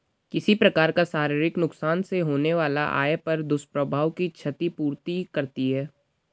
किसी प्रकार का शारीरिक नुकसान से होने वाला आय पर दुष्प्रभाव की क्षति पूर्ति करती है